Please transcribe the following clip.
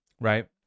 Right